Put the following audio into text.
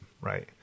right